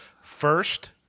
first